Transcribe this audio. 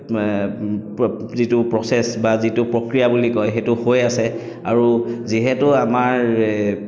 যিটো প্ৰচেছ বা যিটো প্ৰক্ৰিয়া বুলি কয় সেইটো হৈ আছে আৰু যিহেতু আমাৰ